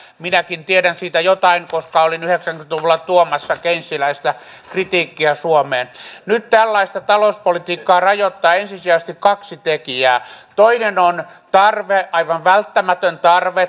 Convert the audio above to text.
minäkin tiedän siitä jotain koska olin yhdeksänkymmentä luvulla tuomassa keynesiläistä kritiikkiä suomeen nyt tällaista talouspolitiikkaa rajoittaa ensisijaisesti kaksi tekijää toinen on tarve aivan välttämätön tarve